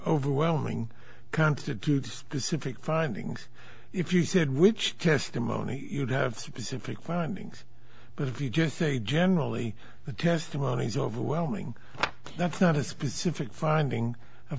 overwhelming constitute specific findings if you said which testimony you'd have specific findings but if you just say generally the testimony is overwhelming that's not a specific finding